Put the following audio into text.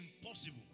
Impossible